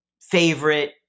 favorite